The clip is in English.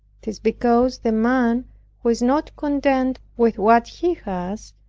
it is because the man who is not content with what he has,